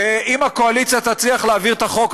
ואם הקואליציה תצליח להעביר את החוק,